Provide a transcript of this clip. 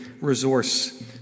resource